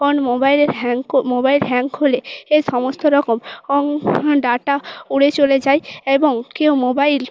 মোবাইলে hang mobile hang হলে এর সমস্ত রকম ডাটা উড়ে চলে যায় এবং কেউ মোবাইল